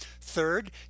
third